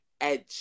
edge